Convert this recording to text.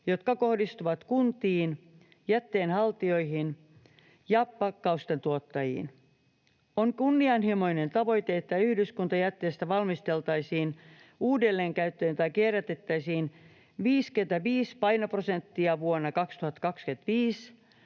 jotka kohdistuvat kuntiin, jätteen haltijoihin ja pakkausten tuottajiin. On kunnianhimoinen tavoite, että yhdyskuntajätteestä valmisteltaisiin uudelleenkäyttöön tai kierrätettäisiin 55 painoprosenttia vuonna 2025,